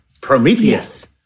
Prometheus